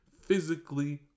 physically